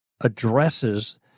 addresses